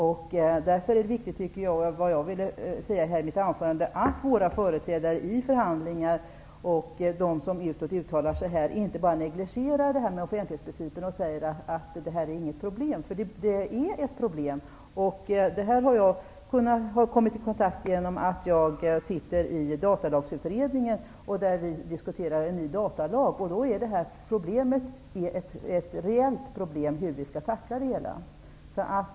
Vad jag ville säga i mitt anförande var att det är viktigt att våra företrädare i förhandlingar och de som uttalar sig utåt inte bara negligerar detta med offentlighetsprincipen och säger att det inte är något problem. Det är ett problem. Jag har kommit i kontakt med det genom att jag sitter i Datalagsutredningen. Där diskuterar vi en ny datalag. Det är ett rellt problem, hur vi skall tackla det hela.